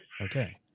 okay